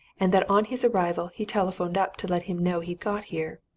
and that on his arrival he telephoned up to let him know he'd got here.